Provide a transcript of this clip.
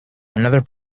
another